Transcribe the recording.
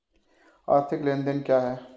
आर्थिक लेनदेन क्या है?